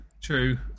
true